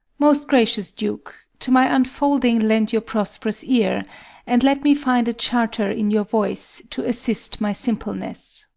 most gracious duke, to my unfolding lend your prosperous ear and let me find a charter in your voice to assist my simpleness.